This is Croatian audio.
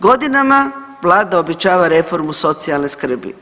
Godinama Vlada obećava reformu socijalne skrbi.